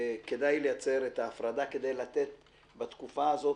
כדאי לייצר את ההפרדה כדי לתת בתקופה הזאת,